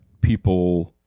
people